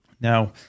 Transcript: Now